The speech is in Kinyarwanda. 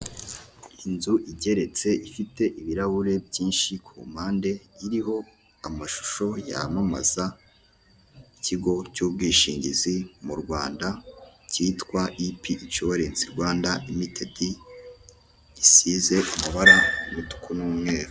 Inzu igeretse, ifite ibirahure byinshi ku mpande iriho amashusho yamamaza ikigo cy'ubwishingizi mu Rwanda cyitwa ipi inshuwarensi Rwanda limitedi gisize amabara y'umutuku n'umweru.